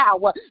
power